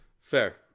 Fair